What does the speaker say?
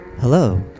Hello